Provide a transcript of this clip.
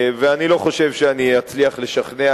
ואני לא חושב שאני אצליח לשכנע,